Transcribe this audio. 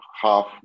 half